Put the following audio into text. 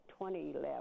2011